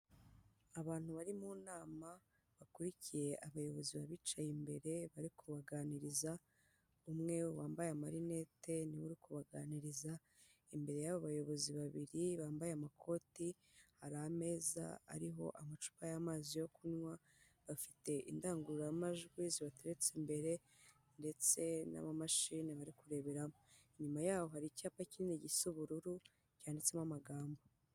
Abantu bari mu nama bakurikiye abayobozi ba bicaye imbere bari kubaganiriza, umwe wambaye amarinete niwe uri kubaganiriza, imbere yabo bayobozi babiri bambaye amakote hari ameza ariho amacupa y'amazi yo kunywa, bafite indangururamajwi zibateretse imbere ndetse n'amamashini bari kureberamo, inyuma y'aho hari icyapa kinini gisa ubururu cyanditsemo amagambo.